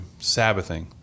Sabbathing